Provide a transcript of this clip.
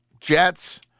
Jets